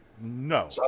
no